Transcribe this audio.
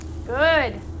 Good